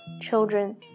children